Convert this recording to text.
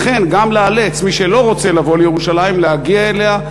וגם לאלץ את מי שלא רוצה לבוא לירושלים להגיע אליה,